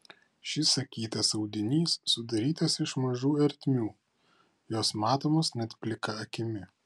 šis akytas audinys sudarytas iš mažų ertmių jos matomos net plika akimi